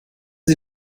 sie